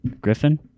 Griffin